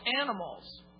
animals